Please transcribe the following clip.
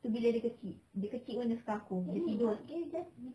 tu bila dia kecil dia kecil pun dia suka aku dia tidur